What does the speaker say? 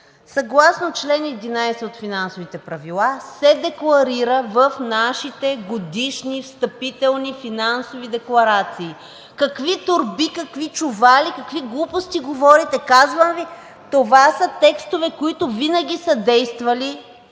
съгласно чл. 11 от Финансовите правила се декларира в нашите годишни встъпителни финансови декларации. Какви торби, какви чували, какви глупости говорите?! Казвам Ви, че това са текстове, които винаги са действали